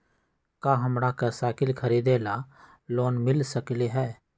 का हमरा के साईकिल खरीदे ला लोन मिल सकलई ह?